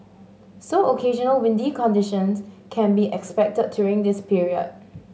so occasional windy conditions can be expected during this period